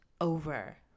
over